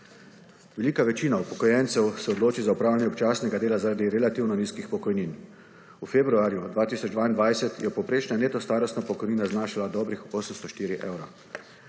Velika večina upokojencev se odloči za opravljanje občasnega dela zaradi relativno nizkih pokojnin. V februarju 2022 je povprečna neto starostna pokojnina znašala dobrih 804 evre.